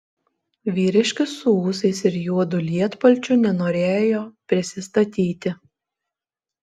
vyriškis su ūsais ir juodu lietpalčiu nenorėjo prisistatyti